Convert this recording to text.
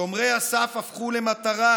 שומרי הסף הפכו למטרה,